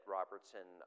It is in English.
Robertson